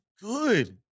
good